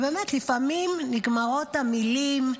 באמת, לפעמים נגמרות המילים.